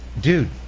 Dude